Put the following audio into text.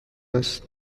است